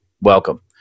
Welcome